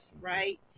right